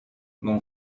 mon